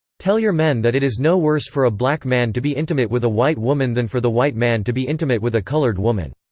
tell your men that it is no worse for a black man to be intimate with a white woman than for the white man to be intimate with a colored woman.